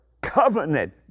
covenant